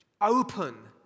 open